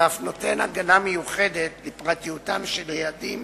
ואף נותן הגנה מיוחדת לפרטיותם של ילדים